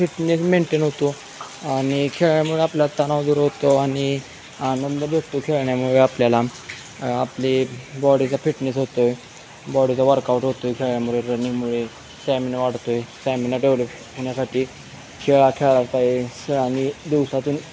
fitness maintain होतो आणि खेळामुळे आपला तणाव दूर होतो आणि आनंद भेटतो खेळण्यामुळे आपल्याला आपली बॉडीचा फिटनेस होतो बॉडीचा वर्कआउट होतो खेळामुळे रनिंगमुळे स्टॅमिना वाढतो स्टॅमिना डेवलप होण्यासाठी खेळा खेळायला पाहिजे आणि दिवसातून